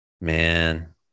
Man